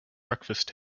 breakfast